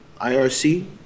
IRC